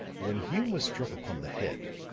when hume was struck upon the head,